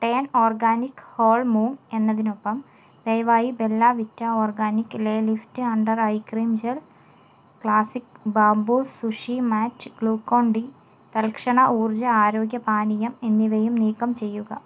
turn organic whole moong എന്നതിനൊപ്പം ദയവായി Bellavita ഓർഗാനിക്കിലെ lift under eye cream gel classic bamboo sushi mat Glucon D തൽക്ഷണ ഊർജ്ജ ആരോഗ്യ പാനീയം എന്നിവയും നീക്കം ചെയ്യുക